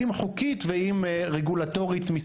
אם חוקית ואם רגולטורית-משרדית.